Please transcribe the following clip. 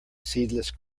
seedless